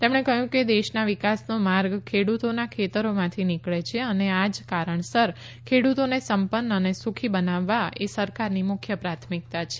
તેમણે કહયું કે દેશના વિકાસનો માર્ગ ખેડુતોના ખેતરીમાંથી નિકળે છે અને આ જ કારણસર ખેડુતોને સંપન્ન અને સુખી બનાવવાએ સરકારની મુખ્ય પ્રાથમિકતા છે